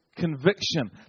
conviction